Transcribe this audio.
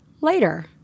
later